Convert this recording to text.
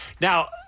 Now